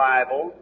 Bible